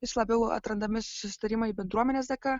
vis labiau atrandami susitarimai bendruomenės dėka